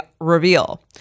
reveal